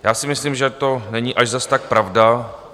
Já si myslím, že to není až zas tak pravda...